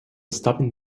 stopping